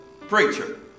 Preacher